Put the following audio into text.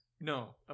No